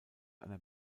einer